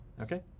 Okay